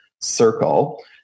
circle